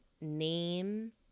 name